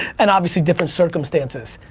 and obviously different circumstances.